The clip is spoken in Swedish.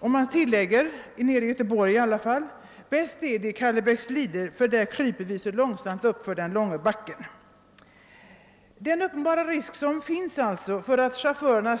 I Göteborg sade några chaufförer: »Bäst är det i Kallebäcksliden, för där kryper vi så långsamt uppför den långa backen.» Den uppenbara risk som alltså finns för att chaufförer